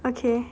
okay